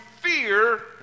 fear